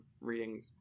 reading